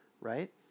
right